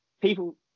People